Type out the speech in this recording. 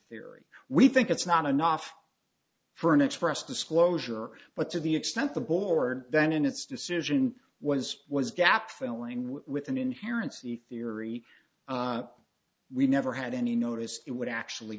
theory we think it's not enough for an express disclosure but to the extent the board then and its decision was was gap filling with within inherence the theory we never had any notice it would actually